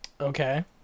Okay